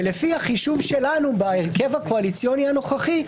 ולפי החישוב שלנו בהרכב הקואליציוני הנוכחי,